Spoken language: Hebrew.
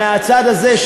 מהצד הזה,